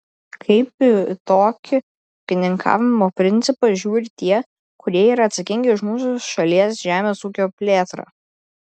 kaip į tokį ūkininkavimo principą žiūri tie kurie yra atsakingi už mūsų šalies žemės ūkio plėtrą